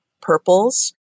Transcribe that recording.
purples